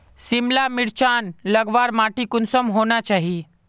सिमला मिर्चान लगवार माटी कुंसम होना चही?